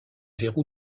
verrou